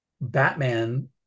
Batman